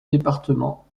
département